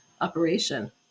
operation